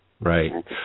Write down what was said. Right